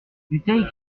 dutheil